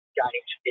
games